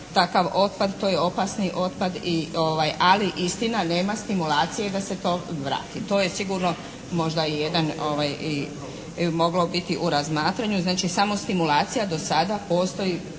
takav otpad. To je opasni otpad i, ali istina, nema stimulacije da se to vrati. To je sigurno možda i jedan i moglo biti u razmatranju. Znači samo stimulacija, do sada postoji